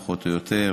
פחות או יותר,